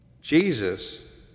Jesus